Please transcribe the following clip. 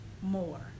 more